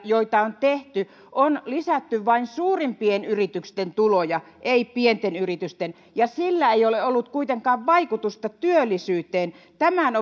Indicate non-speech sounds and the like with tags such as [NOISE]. joita on tehty on lisätty vain suurimpien yritysten tuloja ei pienten yritysten ja sillä ei ole ollut kuitenkaan vaikutusta työllisyyteen tämän [UNINTELLIGIBLE]